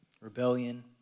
Rebellion